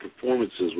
performances